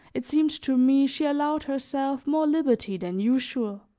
it seemed to me she allowed herself more liberty than usual,